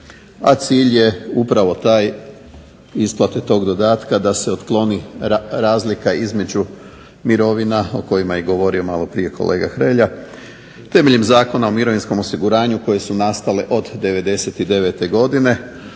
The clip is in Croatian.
cilj je upravo taj, isplate tog dodatka da se otkloni razlika između mirovina o kojima je govorio maloprije kolega Hrelja temeljem Zakona o mirovinskom osiguranju koje su nastale od '99. godine